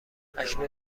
اکنون